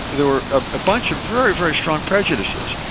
there were a bunch of very, very strong prejudices.